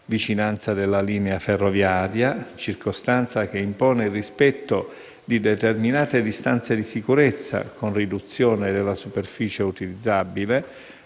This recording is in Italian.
vicinanza della linea ferroviaria (circostanza che impone il rispetto di determinate distanze di sicurezza con riduzione della superficie utilizzabile),